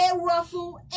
ruffle